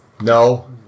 No